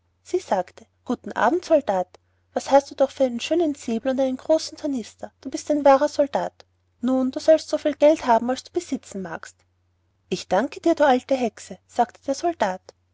sie sagte guten abend soldat was hast du doch für einen schönen säbel und großen tornister du bist ein wahrer soldat nun sollst du so viel geld haben als du besitzen magst ich danke dir du alte hexe sagte der soldat